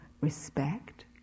respect